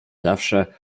zawsze